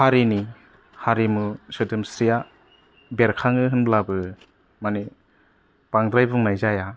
हारिनि हारिमु सोदोमस्रिआ बेरखांङो होनब्लाबो माने बांद्राय बुंनाय जाया